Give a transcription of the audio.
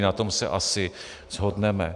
Na tom se asi shodneme.